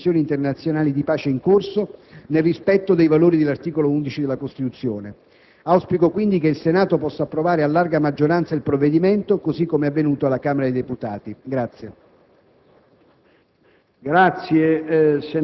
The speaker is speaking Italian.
alle nostre Forze armate, impegnate in tutte le missioni internazionali di pace in corso, nel rispetto dei valori dell'articolo 11 della Costituzione. Auspico, quindi, che il Senato possa approvare a larga maggioranza il provvedimento, così come è avvenuto alla Camera dei deputati.